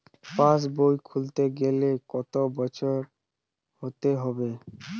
পাশবই খুলতে গেলে কত বছর বয়স হতে হবে?